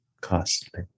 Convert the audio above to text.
Costly